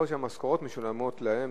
יכול להיות שהמשכורות שלהם,